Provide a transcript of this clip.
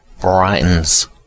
brightens